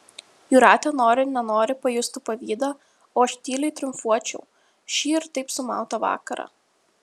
jūratė nori nenori pajustų pavydą o aš tyliai triumfuočiau šį ir taip sumautą vakarą